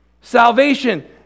Salvation